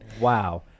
Wow